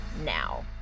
now